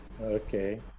okay